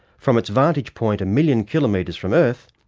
from its vantage point a million kilometres from earth,